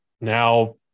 now